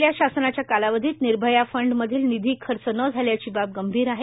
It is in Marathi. गेल्या शासनाच्या कालावधीत निर्भया फंड मधील निधी खर्च न झाल्याची बाब गंभीर आहे